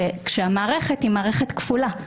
כאשר המערכת היא מערכת כפולה.